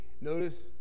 Notice